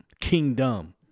kingdom